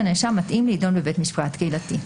הנאשם מתאים להידון בבית משפט קהילתי.